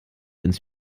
ins